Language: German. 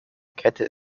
kette